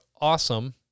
awesome